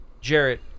Jarrett